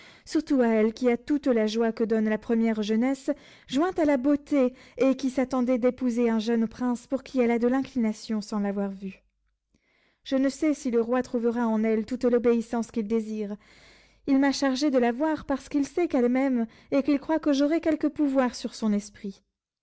surtout à elle qui a toute la joie que donne la première jeunesse jointe à la beauté et qui s'attendait d'épouser un jeune prince pour qui elle a de l'inclination sans l'avoir vu je ne sais si le roi en elle trouvera toute l'obéissance qu'il désire il m'a chargée de la voir parce qu'il sait qu'elle m'aime et qu'il croit que j'aurai quelque pouvoir sur son esprit